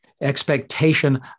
expectation